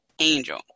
angel